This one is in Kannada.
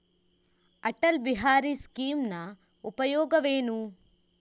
ಅಟಲ್ ಬಿಹಾರಿ ಸ್ಕೀಮಿನ ಉಪಯೋಗವೇನು?